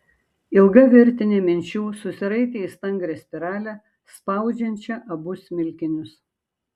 ilga virtinė minčių susiraitė į stangrią spiralę spaudžiančią abu smilkinius